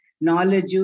knowledge